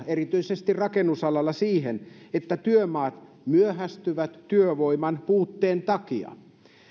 erityisesti rakennusalalla siihen että työmaat myöhästyvät työvoiman puutteen takia